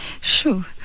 Sure